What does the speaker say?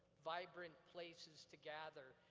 vibrant places to gather,